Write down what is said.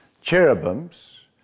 cherubims